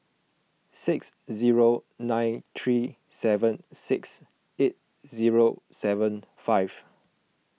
six zero nine three seven six eight zero seven five